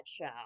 show